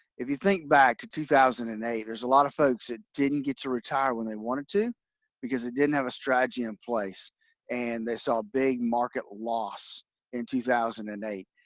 if you think back to two thousand and eight, there's a lot of folks that didn't get to retire when they wanted to because they didn't have a strategy in place and they saw a big market loss in two thousand and eight.